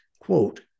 quote